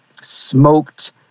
smoked